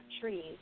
trees